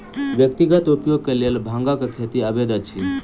व्यक्तिगत उपयोग के लेल भांगक खेती अवैध अछि